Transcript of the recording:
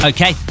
Okay